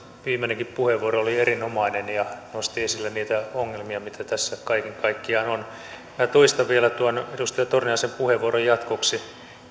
viimeinenkin puheenvuoro oli erinomainen ja hän nosti esille niitä ongelmia mitä tässä kaiken kaikkiaan on minä toistan vielä tuon edustaja torniaisen puheenvuoron jatkoksi